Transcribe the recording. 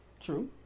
True